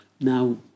Now